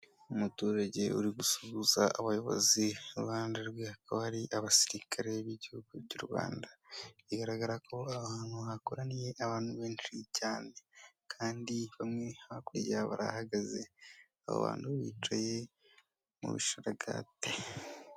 Umuturage uri gusuhuza abayobozi iruhande rwe hakaba hari abasirikare b'igihugu cy'u rwanda, bigaragara ko ahantu hakoraniye abantu benshi cyane kandi bamwe hakurya barahagaze aba bantu bicaye mu bisharagate.